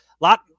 lot